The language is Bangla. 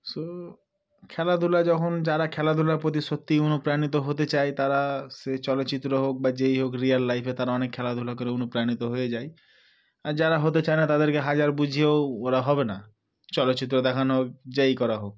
সো খেলাধুলা যখন যারা খেলাধুলার প্রতি সত্যিই অনুপ্রাণিত হতে চায় তারা সেই চলচ্চিত্র হোক বা যেই হোক রিয়েল লাইফে তারা অনেক খেলাধুলা করে অনুপ্রাণিত হয়ে যায় আর যারা হতে চায় না তাদেরকে হাজার বুঝিয়েও ওরা হবে না চলচ্চিত্র দেখানো যেই করা হোক